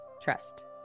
trust